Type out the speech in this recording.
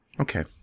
Okay